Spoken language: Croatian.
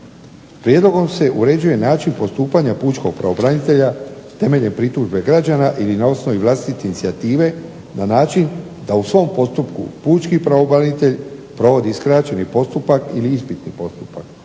Prijedlogom se uređuje način postupanja pučkog pravobranitelja temeljem pritužbe građana ili na osnovi vlastite inicijative na način da u svom postupku pučkog pravobranitelja provodi skraćeni postupak ili ispitni postupak.